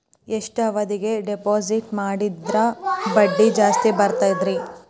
ಎಷ್ಟು ಅವಧಿಗೆ ಡಿಪಾಜಿಟ್ ಮಾಡಿದ್ರ ಬಡ್ಡಿ ಜಾಸ್ತಿ ಬರ್ತದ್ರಿ?